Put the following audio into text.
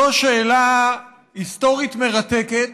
זו שאלה היסטורית מרתקת